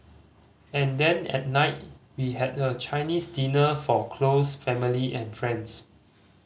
and then at night we had a Chinese dinner for close family and friends